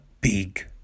big